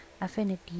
affinity